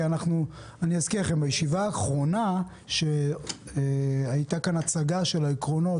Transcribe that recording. אזכיר לכם: בישיבה האחרונה הייתה הצגה של העקרונות,